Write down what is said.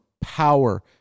power